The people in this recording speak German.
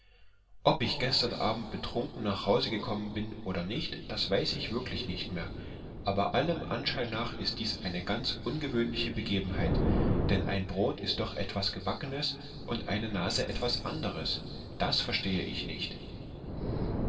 ob ich gestern abend betrunken nach hause gekommen bin oder nicht das weiß ich wirklich nicht mehr aber allem anschein nach ist dieses eine ganz ungewöhnliche begebenheit denn ein brot ist doch etwas gebackenes und eine nase etwas anderes das verstehe ich nicht